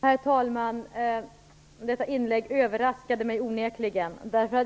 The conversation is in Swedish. Herr talman! Detta inlägg överraskade mig onekligen.